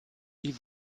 die